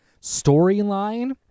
Storyline